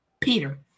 Peter